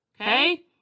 Okay